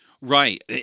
Right